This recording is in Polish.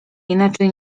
inaczej